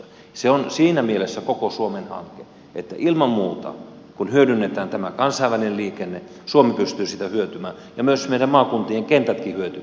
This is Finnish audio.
se on siinä mielessä koko suomen hanke että ilman muuta kun hyödynnetään tämä kansainvälinen liikenne suomi pystyy siitä hyötymään ja myös meidän maakuntien kentätkin hyötyvät